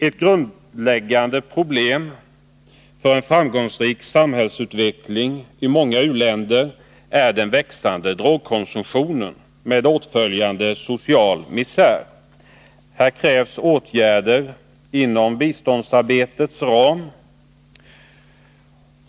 Ett grundläggande hinder för en framgångsrik samhällsutveckling i många u-länder är den växande drogkonsumtionen med åtföljande social misär. Här krävs åtgärder inom biståndsarbetets ram.